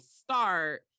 start